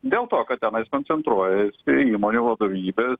dėl to kad tenais koncentruojasi įmonių vadovybės